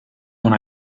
una